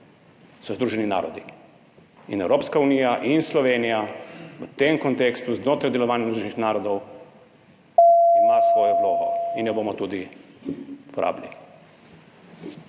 so Združeni narodi. In Evropska unija in Slovenija v tem kontekstu znotraj delovanja Združenih narodov ima svojo vlogo in jo bomo tudi porabili.